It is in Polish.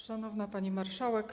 Szanowna Pani Marszałek!